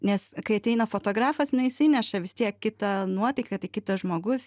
nes kai ateina fotografas nu jis įneša vis tiek kitą nuotaiką tai kitas žmogus